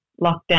lockdown